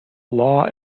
law